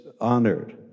honored